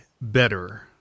better